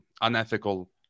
unethical